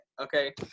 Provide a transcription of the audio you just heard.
okay